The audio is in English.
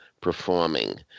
performing